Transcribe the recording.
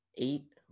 eight